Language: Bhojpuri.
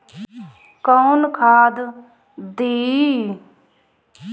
कौन खाद दियई?